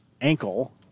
ankle